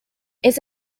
its